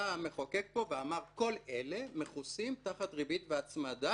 בא המחוקק ואמר פה: כל אלה מכוסים תחת ריבית והצמדה,